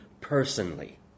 personally